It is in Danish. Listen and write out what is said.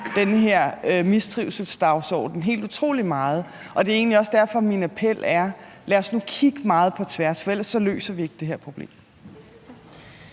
den her mistrivselsdagsorden helt utrolig meget. Og det er egentlig også derfor, min appel er: Lad os nu kigge meget på tværs. For ellers løser vi ikke det her problem.